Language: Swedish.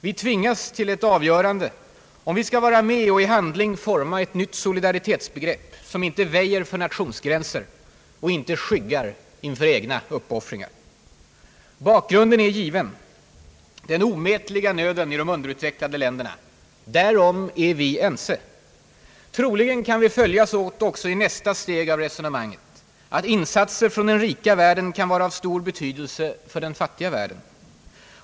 Vi tvingas till ett avgörande om vi skall vara med och i handling forma ett nytt solidaritetsbegrepp som inte väjer för nationsgränser och inte skyggar inför egna uppoffringar. Bakgrunden är given: den omätliga nöden i de underutvecklade länderna. Därom är vi ense. Troligen kan vi följas åt också i nästa steg av resonemanget: att insatser från den rika världen kan vara av stor betydelse för den fattiga världen.